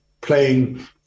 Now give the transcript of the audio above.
playing